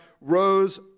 rose